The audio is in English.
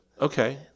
Okay